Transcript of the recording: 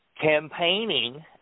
Campaigning